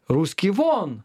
ruski von